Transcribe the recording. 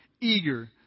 eager